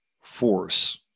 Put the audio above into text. force